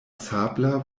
sabla